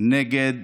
נגד